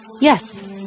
Yes